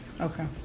Okay